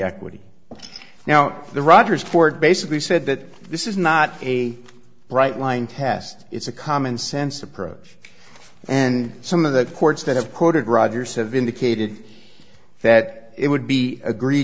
equity now the rogers court basically said that this is not a bright line test it's a commonsense approach and some of the courts that have quoted rogers have indicated that it would be agree